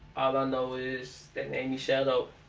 ah know is, they named me shadow,